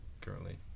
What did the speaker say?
currently